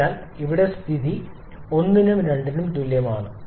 അതിനാൽ ഇവിടെ സ്ഥിതി 1 ഉം 2 ഉം തുല്യമാണ്